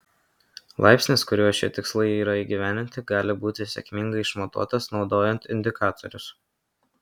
laipsnis kuriuo šie tikslai yra įgyvendinti gali būti sėkmingai išmatuotas naudojant indikatorius